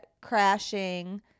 crashing